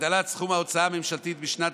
(הגדלת סכום ההוצאה הממשלתית לשנת